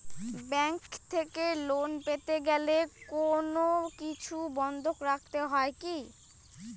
Bank থেকে loan পেতে গেলে কোনো কিছু বন্ধক রাখতে হয় কি?